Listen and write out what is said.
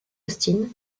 austin